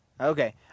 Okay